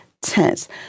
Tense